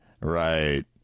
Right